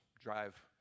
drive